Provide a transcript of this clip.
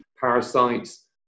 parasites